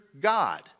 God